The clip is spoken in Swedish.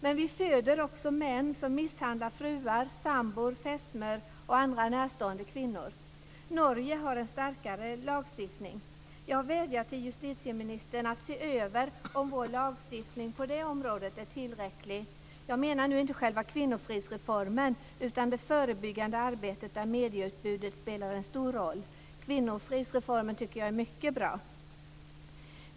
Men vi föder också män som misshandlar fruar, sambor, fästmör och andra närstående kvinnor. Norge har en starkare lagstiftning. Jag vädjar till justitieministern att se över om vår lagstiftning på det området är tillräcklig. Jag menar nu inte själva kvinnofridsreformen, utan det förebyggande arbetet, där medieutbudet spelar en stor roll. Kvinnofridsreformen tycker jag är mycket bra.